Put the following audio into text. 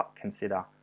consider